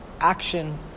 action